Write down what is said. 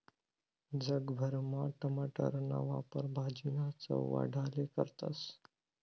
जग भरमा टमाटरना वापर भाजीना चव वाढाले करतस